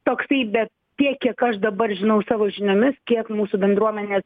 toksai bet tiek kiek aš dabar žinau savo žiniomis kiek mūsų bendruomenės